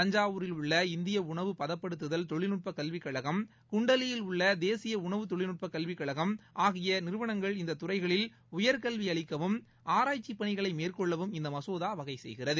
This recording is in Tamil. தஞ்சாவூரில் உள்ள இந்திய உணவுப் படுத்தப்படுத்துதல் தொழில்நுட்பக் கல்விக் கழகம் குண்டலியில் உள்ள தேசிய உணவு தொழில்நுட்பக் கல்விக் கழகம் ஆகிய நிறுவனங்கள் இந்தத் துறைகளில் உயர்கல்வி அளிக்கவும் ஆராய்ச்சி பணிகளை மேற்கொள்ளவும் இந்த மசோதா வகை செய்கிறது